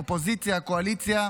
אופוזיציה-קואליציה,